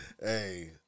Hey